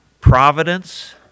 providence